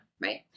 right